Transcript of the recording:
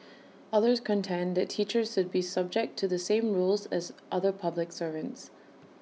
others contend that teachers should be subject to the same rules as other public servants